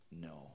No